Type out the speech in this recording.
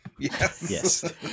Yes